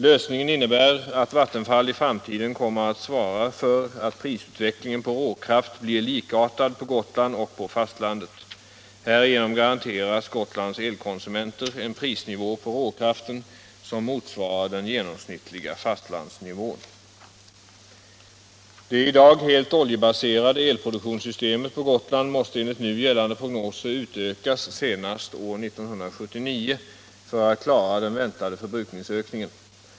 Lösningen innebär att Vattenfall i framtiden kommer att svara för att prisutvecklingen på råkraft blir likartad på Gotland och på fastlandet. Härigenom garanteras Gotlands elkonsumenter en prisnivå på råkraften som motsvarar den genomsnittliga fastlandsnivån. Det i dag helt oljebaserade elproduktionssystemet på Gotland måste enligt nu gällande prognoser utökas senast år 1979 för att man skall klara den väntade förbrukningsökningen.